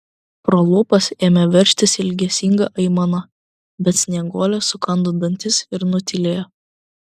pro lūpas ėmė veržtis ilgesinga aimana bet snieguolė sukando dantis ir nutylėjo